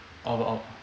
oh oh